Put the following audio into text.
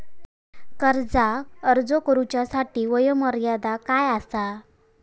कर्जाक अर्ज करुच्यासाठी वयोमर्यादा काय आसा?